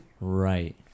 Right